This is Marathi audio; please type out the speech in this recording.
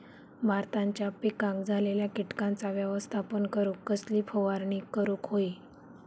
भाताच्या पिकांक झालेल्या किटकांचा व्यवस्थापन करूक कसली फवारणी करूक होई?